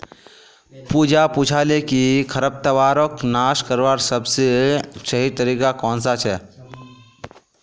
पूजा पूछाले कि खरपतवारक नाश करवार सबसे सही तरीका कौन सा छे